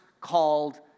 called